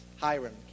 Hiram